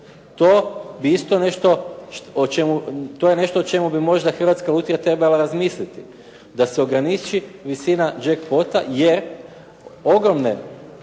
To je nešto o čemu bi možda Hrvatska lutrija trebala razmisliti, da se ograniči visina jackpota jer ogromni